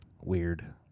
Weird